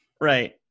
right